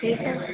ठीक है